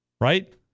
right